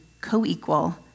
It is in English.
co-equal